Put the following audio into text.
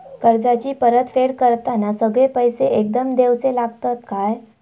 कर्जाची परत फेड करताना सगळे पैसे एकदम देवचे लागतत काय?